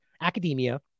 academia